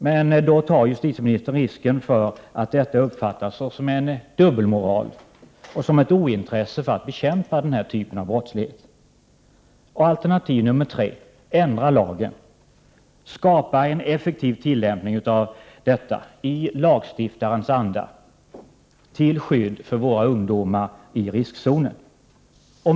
Men då tar justitieministern risken att detta uppfattas som dubbelmoral och ointresse för att bekämpa den här typen av brottslighet. Alternativ 3: Ändra lagen. Skapa en effektiv tillämpning av detta straffbud, i lagstiftarens anda, till skydd för våra ungdomar i riskzonen.